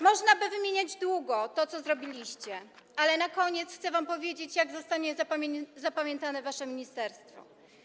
Można by wymieniać długo to, co zrobiliście, ale na koniec chcę wam powiedzieć, jak zostanie zapamiętane wasze ministerstwo.